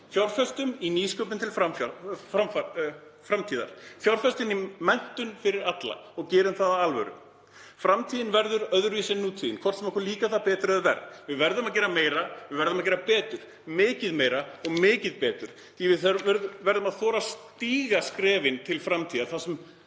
Fjárfestum í nýsköpun til framtíðar, fjárfestum í menntun fyrir alla og gerum það af alvöru. Framtíðin verður öðruvísi en nútíðin, hvort sem okkur líkar það betur eða verr. Við verðum að gera meira. Við verðum að gera betur, miklu meira og miklu betur því við verðum að þora að stíga skrefin til framtíðar þar sem